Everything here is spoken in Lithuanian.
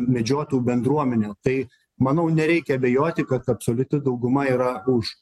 medžiotojų bendruomenę tai manau nereikia abejoti kad absoliuti dauguma yra už